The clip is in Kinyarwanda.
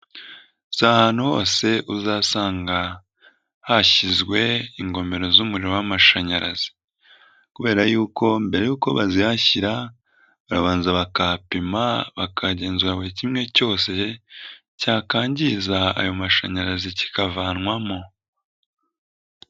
Si ahantu hose uzasanga hashyizwe ingomero z'umuriro w'amashanyarazi kubera yuko mbere y'uko baziyashyira, barabanza bakahapima, bakagenzura buri kimwe cyose cyakangiza ayo mashanyarazi kikavanwamo.